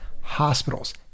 hospitals